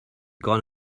gone